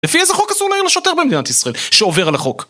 לפי איזה חוק אסור להעיר לשוטר במדינת ישראל, שעובר על החוק?